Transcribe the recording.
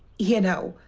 you know,